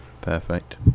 Perfect